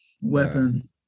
weapon